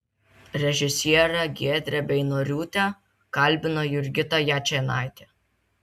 režisierę giedrę beinoriūtę kalbino jurgita jačėnaitė